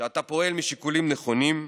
שאתה פועל משיקולים נכונים,